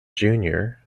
junior